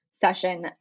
session